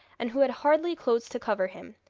and who had hardly clothes to cover him.